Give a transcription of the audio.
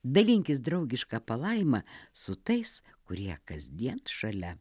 dalinkis draugiška palaima su tais kurie kasdien šalia